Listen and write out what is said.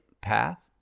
path